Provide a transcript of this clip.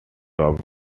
top